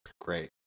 Great